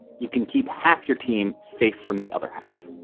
you can keep half your team safe from the other half.